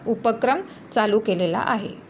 उपक्रम चालू केलेला आहे